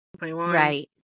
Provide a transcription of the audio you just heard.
right